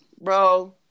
bro